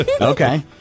Okay